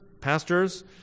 pastors